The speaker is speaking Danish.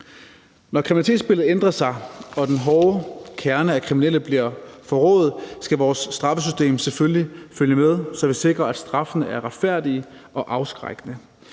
Når kriminalitetsbilledet ændrer sig og den hårde kerne af kriminelle bliver forrået, skal vores straffesystem selvfølgelig følge med, så vi sikrer, at straffene er retfærdige og afskrækkende.